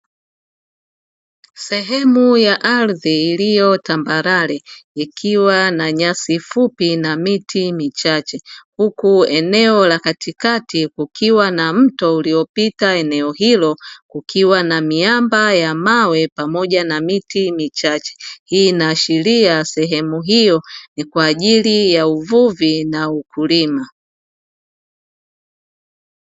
Sehemu ya ardhi iliyo tambalale ikiwa na nyasi fupi na miti michache huku eneo la katikati likiwa na mto ulio pita eneo hilo kukiwa na miamba ya mawe pamoja na miti michache hii inaashiria sehemu hiyo ni kwaajili ya uvuvi na ukulima.